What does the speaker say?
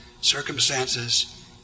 circumstances